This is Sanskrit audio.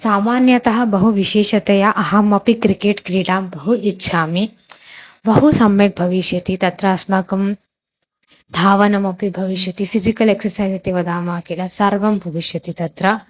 सामान्यतः बहु विशेषतया अहम् अपि क्रिकेट् क्रीडां बहु इच्छामि बहु सम्यक् भविष्यति तत्र अस्माकं धावनमपि भविष्यति फ़िज़िकल् एक्ससैस् इति वदामः किल सर्वं भविष्यति तत्र